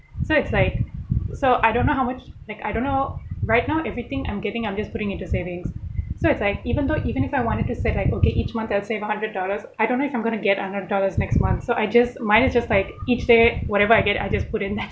so it's like so I don't know how much like I don't know right now everything I'm getting I'm just putting into savings so it's like even though even if I wanted to set like okay each month I would save one hundred dollars I don't know if I'm going to get one hundred dollars next month so I just mine is just like each day whatever I get I just put in there